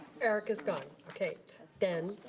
erika's gone. okay then.